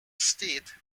state